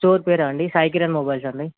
store పేరా అండి Sai Kiran mobiles అండి